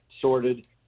sorted